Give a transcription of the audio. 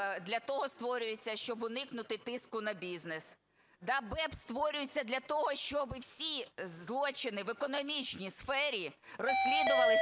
для того створюється, щоб уникнути тиску на бізнес. Да БЕБ створюється для того, щоб всі злочини в економічній сфері розслідувалися